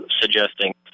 suggesting